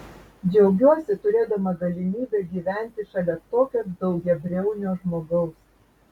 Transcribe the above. džiaugiuosi turėdama galimybę gyventi šalia tokio daugiabriaunio žmogaus